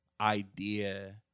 idea